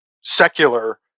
secular